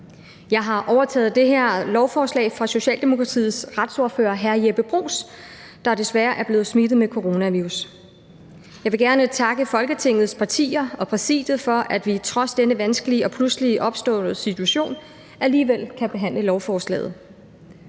Jeg har overtaget det her lovforslag fra Socialdemokratiets retsordfører, hr. Jeppe Bruus, der jo desværre er blevet smittet med coronavirus. Jeg vil gerne takke Folketingets partier og Præsidiet for, at vi trods denne vanskelige og pludseligt opståede situation alligevel kan behandle lovforslaget.